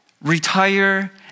retire